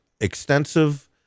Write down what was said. extensive